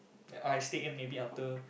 I sneak in maybe after